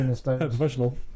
Professional